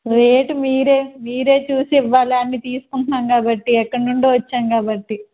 rate మీరే మీరే చూసి ఇవ్వాల అన్ని తీసుకుంటున్నాం కాబట్టి ఎక్కడనుండో వచ్చాము కాబట్టి